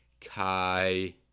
Kai